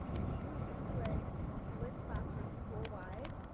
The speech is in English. move students away into split classrooms school-wide.